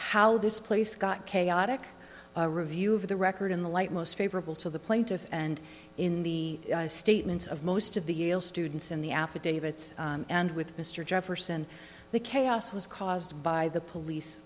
how this place got chaotic review of the record in the light most favorable to the plaintiff and in the statements of most of the yale students in the affidavits and with mr jefferson the chaos was caused by the police